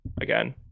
again